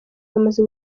bamaze